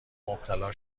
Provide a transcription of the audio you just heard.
مبتلا